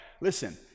listen